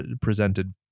presented